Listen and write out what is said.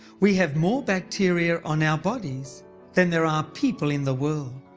we have more bacteria on our bodies than there are people in the world.